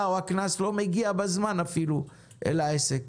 או הקנס אפילו לא מגיעים בזמן אל העסק,